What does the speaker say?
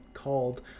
called